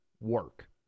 work